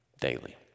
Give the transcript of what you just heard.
Daily